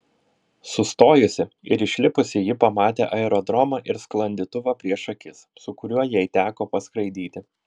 sustojusi ir išlipusi ji pamatė aerodromą ir sklandytuvą prieš akis su kuriuo jai teko paskraidyti